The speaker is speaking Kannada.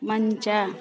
ಮಂಚ